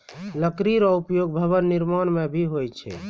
लकड़ी रो उपयोग भवन निर्माण म भी होय छै